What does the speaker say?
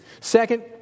Second